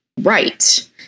right